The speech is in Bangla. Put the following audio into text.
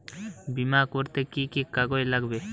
বিমা করতে কি কি কাগজ লাগবে?